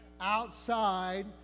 outside